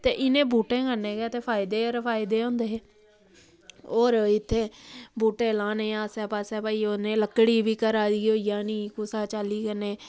ते इ'नें बूह्टें कन्नै गै ते फायदे गै फायदे होंदे हे होर इत्थै बूह्टे लाने आस्सै पास्सै भाई उ'नें लकड़ी बी घरा दी होई जानी कुसै चाल्ली कन्नै